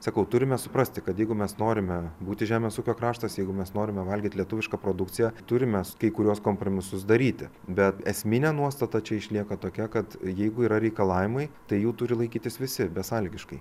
sakau turime suprasti kad jeigu mes norime būti žemės ūkio kraštas jeigu mes norime valgyt lietuvišką produkciją turim mes kai kuriuos kompromisus daryti bet esminė nuostata čia išlieka tokia kad jeigu yra reikalavimai tai jų turi laikytis visi besąlygiškai